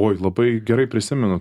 oi labai gerai prisimenu